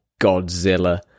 Godzilla